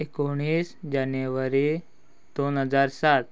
एकोणीस जानेवारी दोन हजार सात